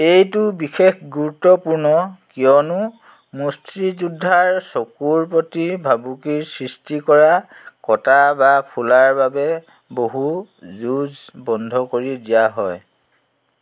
এইটো বিশেষ গুৰুত্বপূৰ্ণ কিয়নো মুষ্টিযোদ্ধাৰ চকুৰ প্ৰতি ভাবুকিৰ সৃষ্টি কৰা কটা বা ফুলাৰ বাবে বহু যুঁজ বন্ধ কৰি দিয়া হয়